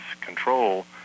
control